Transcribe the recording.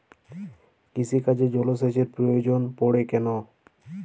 কৃষিকাজে জলসেচের প্রয়োজন পড়ে কেন?